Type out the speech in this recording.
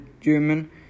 German